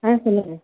ஆ சொல்லுங்க